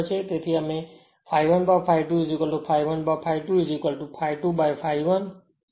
તેથી અમે ∅1by ∅ 2 ∅1by ∅ 2 ∅2by ∅ 1 છે